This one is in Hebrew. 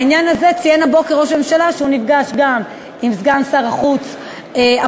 בעניין הזה ציין הבוקר ראש הממשלה שהוא נפגש גם עם סגן שר החוץ הפולני,